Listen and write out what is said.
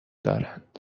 دارند